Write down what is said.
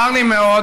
צר לי מאוד,